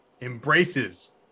embraces